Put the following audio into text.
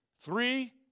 Three